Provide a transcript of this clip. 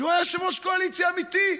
שהיה יושב-ראש קואליציה אמיתי.